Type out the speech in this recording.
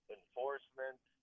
enforcement